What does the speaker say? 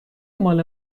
مال